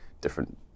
different